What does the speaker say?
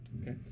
Okay